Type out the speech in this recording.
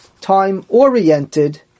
time-oriented